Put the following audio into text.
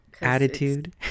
Attitude